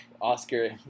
Oscar